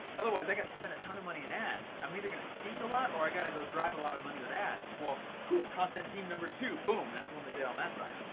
otherwise, i gotta spend a ton of money in ads. i'm either gonna speak a lot, or i gotta go drive a lot of money with ads. well, cool, content team number two. boom, that's the one that did it on that side.